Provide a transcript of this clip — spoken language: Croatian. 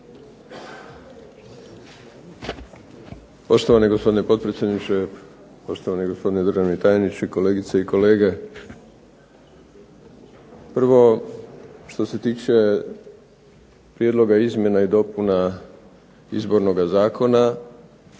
Prvo što se tiče prijedloga izmjena i dopuna Izbornoga zakona